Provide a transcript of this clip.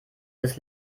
das